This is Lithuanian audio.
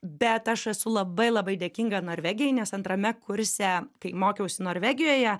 bet aš esu labai labai dėkinga norvegijai nes antrame kurse kai mokiausi norvegijoje